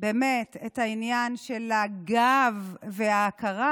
באמת את העניין של הגב וההכרה.